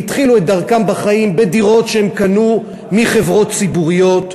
התחילו את דרכם בחיים בדירות שהם קנו מחברות ציבוריות,